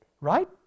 Right